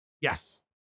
Yes